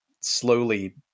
slowly